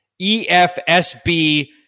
EFSB